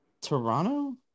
Toronto